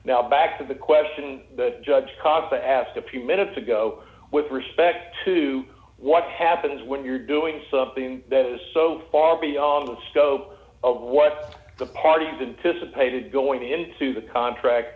now back to the question judge casa asked a few minutes ago with respect to what happens when you're doing something that is so far beyond the scope of what the parties and dissipated going into the contract